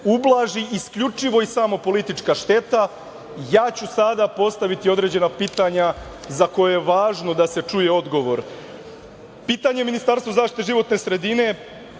isključivo i samo politička šteta ja ću sada postaviti određena pitanja za koje je važno da se čuje odgovor. Pitanje za Ministarstvo za zaštitu životne sredine